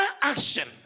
action